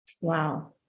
Wow